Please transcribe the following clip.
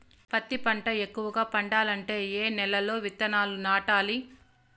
పత్తి పంట ఎక్కువగా పండాలంటే ఏ నెల లో విత్తనాలు నాటాలి?